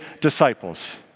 disciples